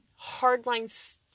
hardline